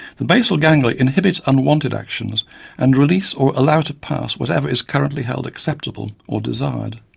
the basal ganglia inhibit unwanted actions and release or allow to pass whatever is currently held acceptable or desired.